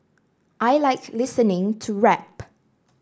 I like listening to rap